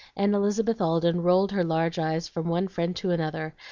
and elizabeth alden rolled her large eyes from one friend to another,